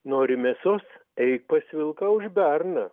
nori mėsos eik pas vilką už berną